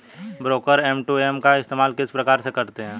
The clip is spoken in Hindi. ब्रोकर्स एम.टू.एम का इस्तेमाल किस प्रकार से करते हैं?